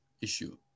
issue